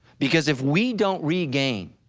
because if we don't regain,